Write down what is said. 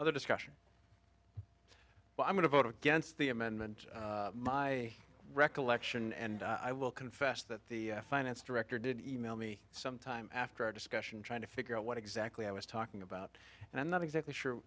other discussion well i'm going to vote against the amendment my recollection and i will confess that the finance director did email me sometime after our discussion trying to figure out what exactly i was talking about and i'm not exactly sure